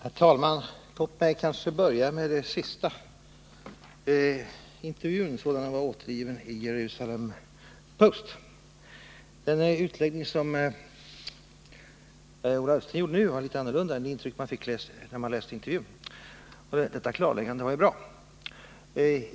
Herr talman! Låt mig börja med det som utrikesministern sist tog upp — intervjun sådan den var återgiven i Jerusalem Post. Den utläggning som Ola Ullsten nu gjorde gav ett något annorlunda intryck än det som jag fick när jag läste intervjun — och därför var detta klarläggande bra.